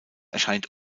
erscheint